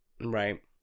right